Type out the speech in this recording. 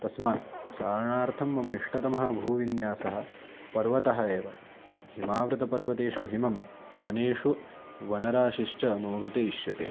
तस्मात् चारणार्थं मम इष्टतमः भूविन्यासः पर्वतः एव हिमावृतपर्वतेषु हिमं वनेषु वनराशिश्च मम कृते इष्यते